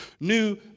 new